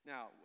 Now